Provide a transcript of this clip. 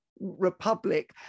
republic